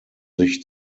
sich